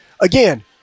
again